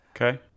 Okay